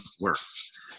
works